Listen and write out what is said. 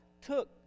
took